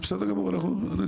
בסדר גמור, תביאי את זה לוועדה.